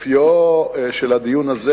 אופיו של הדיון הזה